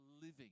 living